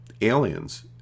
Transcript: aliens